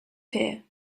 here